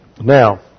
now